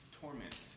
torment